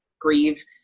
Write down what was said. grieve